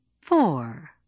Four